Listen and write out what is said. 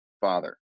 father